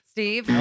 Steve